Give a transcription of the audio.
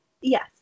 yes